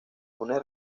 una